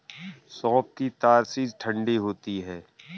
सौंफ की तासीर ठंडी होती है